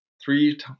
three